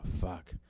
fuck